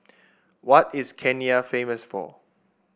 what is Kenya famous for